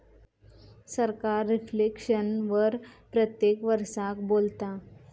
सरकार रिफ्लेक्शन वर प्रत्येक वरसाक बोलता